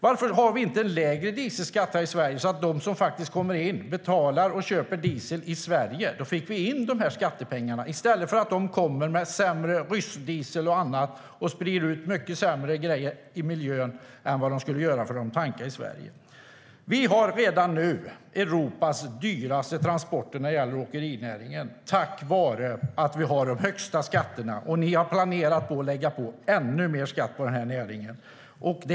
Varför har vi inte lägre dieselskatt här i Sverige så att de som kommer in betalar och köper diesel i Sverige? Då skulle vi få in skattepengar i stället för att de kommer med sämre ryssdiesel och annat och sprider ut mycket sämre saker i miljön än vad de skulle göra om de tankade i Sverige. Vi har redan nu Europas dyraste transporter inom åkerinäringen tack vare att vi har de högsta skatterna, och ni planerar att lägga ännu mer skatt på denna näring, Magdalena Andersson.